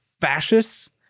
fascists